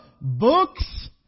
books